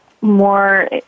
more